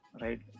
right